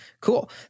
cool